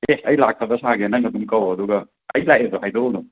ꯑꯦ ꯑꯩ ꯂꯥꯛꯇꯕ ꯁꯥꯒꯦ ꯅꯪ ꯑꯗꯨꯝ ꯀꯧꯋꯣ ꯑꯗꯨꯒ ꯑꯩ ꯂꯥꯛꯑꯦꯗꯣ ꯍꯥꯏꯗꯣꯛꯎꯅꯨ